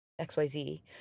XYZ